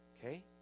Okay